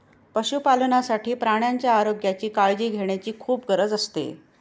पशुपालनासाठी प्राण्यांच्या आरोग्याची काळजी घेण्याची खूप गरज असते